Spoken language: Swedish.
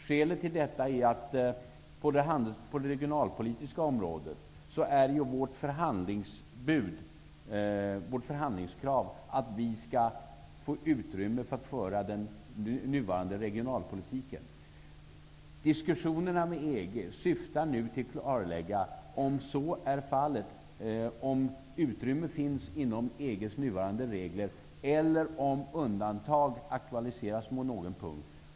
Skälet till detta är att vårt förhandlingskrav på det regionalpolitiska området är att vi skall få utrymme för att föra den nuvarande regionalpolitiken. Diskussionerna med EG syftar nu till att klarlägga om så kan bli fallet, om utrymme finns inom EG:s nuvarande regler eller om undantag aktualiseras på någon punkt.